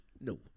No